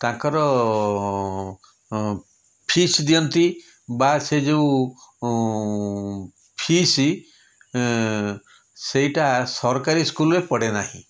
ତାଙ୍କର ଅଁ ଫିସ୍ ଦିଅନ୍ତି ବା ସେ ଯେଉଁ ଫିସ୍ ଏଁ ସେଇଟା ସରକାରୀ ସ୍କୁଲ୍ରେ ପଡ଼େନାହିଁ